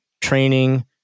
training